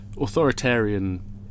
authoritarian